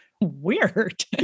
weird